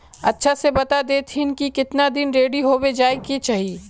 अच्छा से बता देतहिन की कीतना दिन रेडी होबे जाय के चही?